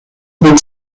big